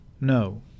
No